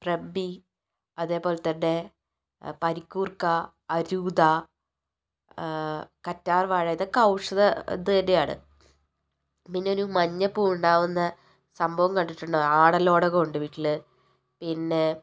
ബ്രഹ്മി അതേപോലെത്തന്നെ പനിക്കൂർക്ക അരൂതാ കറ്റാർവാഴ ഇതൊക്കെ ഔഷധ ഇത് തന്നെയാണ് പിന്നെ ഒരു മഞ്ഞപ്പൂവുണ്ടാകുന്ന സംഭവം കണ്ടിട്ടുണ്ടോ ആടലോടകം ഉണ്ട് വീട്ടിൽ പിന്നെ